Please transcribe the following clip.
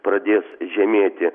pradės žemėti